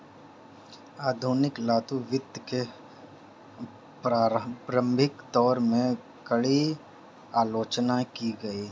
आधुनिक लघु वित्त के प्रारंभिक दौर में, कड़ी आलोचना की गई